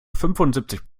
fünfundsiebzig